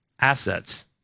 assets